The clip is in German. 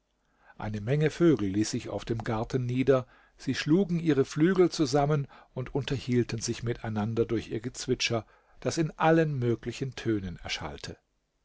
eine menge vögel ließ sich auf dem garten nieder sie schlugen ihre flügel zusammen und unterhielten sich miteinander durch ihr gezwitscher das in allen möglichen tönen erschallte